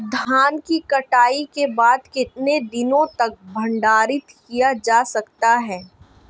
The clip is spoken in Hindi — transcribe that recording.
धान की कटाई के बाद कितने दिनों तक भंडारित किया जा सकता है?